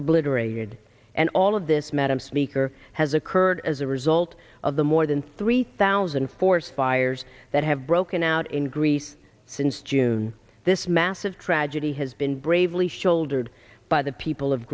obliterated and all of this madam speaker has occurred as a result of the more than three thousand force fires that have broken out in greece since june this massive tragedy has been bravely shouldered by the people of